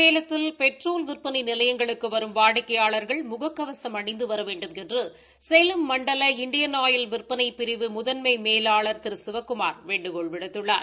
சேலத்தில் பெட்ரோல் விற்பனை நிலையங்களுக்கு வரும் வாடிக்கையாளா்கள் முக கவசம் அணிந்து வர வேண்டுமென்று சேலம் மண்டல இந்தியன் ஆயில் விற்பனை பிரிவு முதன்மை மேலாளர் திரு சிவக்குமார் வேண்டுகோள் விடுத்துள்ளார்